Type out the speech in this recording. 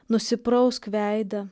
nusiprausk veidą